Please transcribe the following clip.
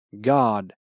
God